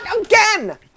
again